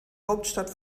hauptstadt